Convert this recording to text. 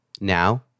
Now